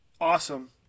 Awesome